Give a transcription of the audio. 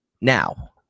Now